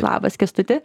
labas kęstutį